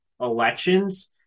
elections